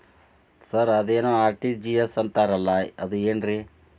Sir ಅದೇನು RTGS ಅಂತಾರಲಾ ಅದು ಏನ್ರಿ?